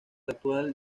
actual